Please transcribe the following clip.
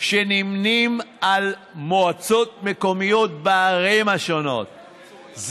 שנמנים עם מועצות מקומיות בערים השונות.